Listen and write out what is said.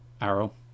arrow